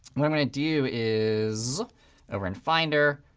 what i'm going to do is over in finder,